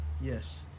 Yes